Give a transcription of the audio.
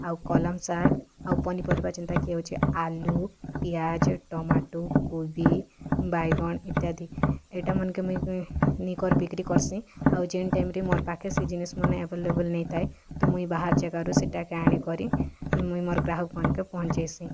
ଆଉ କଲମ୍ ଶାଗ୍ ଆଉ ପନିପରିବା ଯେନ୍ତା କି ହଉଛେ ଆଲୁ ପିଆଜ୍ ଟମାଟୋ କୁବି ବାଇଗଣ୍ ଇତ୍ୟାଦି ଇ'ଟା ମାନ୍କେ ମୁଇଁ ନେଇକରି ବିକ୍ରି କର୍ସିଁ ଆଉ ଯେନ୍ ଟାଇମ୍ରେ ମୋର୍ ପାଖେ ସେଇ ଜିନିଷ୍ ମାନେ ଅଭେଲେବଲ୍ ନାଇଁ ଥାଏ ତ ମୁଇଁ ବାହାର୍ ଯାଗାରୁ ସେଇଟା'କେ ଆଣିକରି ମୁଇଁ ମୋର୍ ଗ୍ରାହକ୍ ମାନ୍ଙ୍କେ ପହଁଞ୍ଚାସିଁ